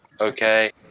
okay